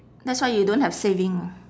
that's why you don't have saving ah